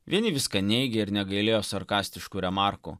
vieni viską neigė ir negailėjo sarkastiškų remarkų